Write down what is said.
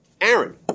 Aaron